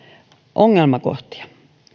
ongelmakohtia